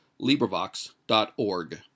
LibriVox.org